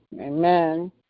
Amen